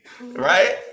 right